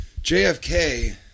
JFK